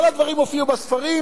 כל הדברים הופיעו בספרים?